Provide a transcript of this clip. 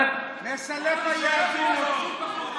מסלף היהדות,